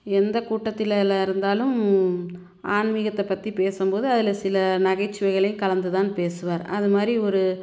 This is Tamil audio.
எந்த கூட்டத்தில் ல இருந்தாலும் ஆன்மீகத்தை பற்றி பேசும்போது அதில் சில நகைச்சுவைகளையும் கலந்து தான் பேசுவார் அது மாதிரி ஒரு